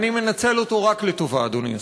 אני מנצל אותו רק לטובה, אדוני השר.